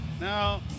Now